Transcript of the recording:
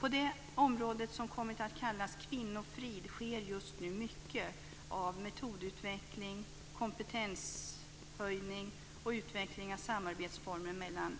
På det område som har kommit att kallas kvinnofrid sker just nu mycket av metodutveckling, kompetenshöjning och utveckling av samarbetsformer mellan